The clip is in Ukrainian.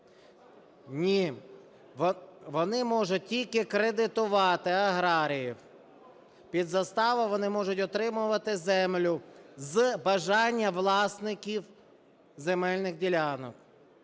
Ні. Вони можуть тільки кредитувати аграріїв. Під заставу вони можуть отримувати землю з бажання власників земельних ділянок.